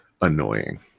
annoying